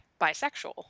bisexual